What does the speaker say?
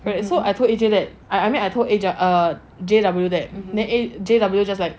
alright so I told A_J that I I mean I told A_J err J_W that err J_W just like